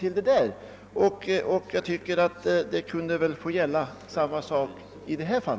Samma sak kunde väl få gälla i detta fall från jämlikhet och rättvisesynpunkt.